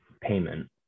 payment